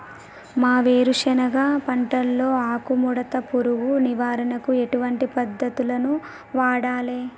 మా వేరుశెనగ పంటలో ఆకుముడత పురుగు నివారణకు ఎటువంటి పద్దతులను వాడాలే?